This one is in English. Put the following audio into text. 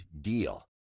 DEAL